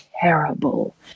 terrible